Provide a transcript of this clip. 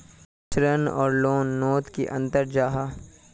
ऋण आर लोन नोत की अंतर जाहा?